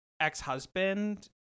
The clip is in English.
ex-husband